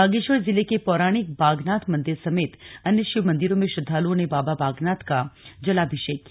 बागेश्वर जिले के पौराणिक बागनाथ मंदिर समेत अन्य शिव मंदिरों में श्रद्वालुओं ने बाबा बागनाथ का जलाभिषेक किया